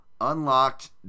unlocked